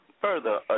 further